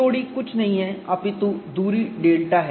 CTOD कुछ नहीं है अपितु दूरी डेल्टा है